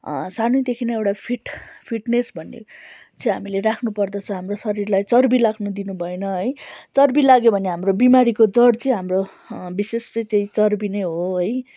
सानैदेखि नै एउटा फिट फिट्नेस भन्ने चाहिँ हामीले राख्नु पर्दछ हाम्रो शरीरलाई चर्बी लाग्नु दिनु भएन है चर्बी लाग्यो भने हाम्रो बिमारीको जड चैँ हाम्रो विशेष चाहिँ त्यही चर्बी नै हो है